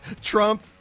Trump